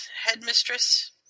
headmistress